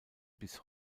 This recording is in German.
bis